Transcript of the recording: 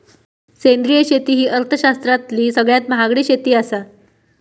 सेंद्रिय शेती ही अर्थशास्त्रातली सगळ्यात महागडी शेती आसा